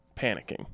panicking